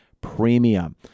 premium